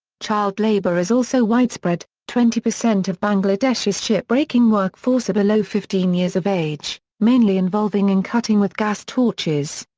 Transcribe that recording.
child labour is also widespread twenty percent of bangladesh's ship breaking workforce are below fifteen years of age, mainly involving in cutting with gas torches.